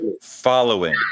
following